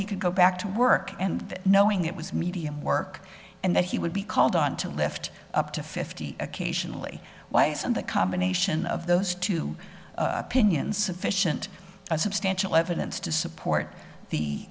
he could go back to work and knowing it was medium work and that he would be called on to lift up to fifty occasionally whites on the combination of those two opinions sufficient or substantial evidence to support the